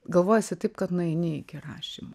galvojasi taip kad nueini iki rašymo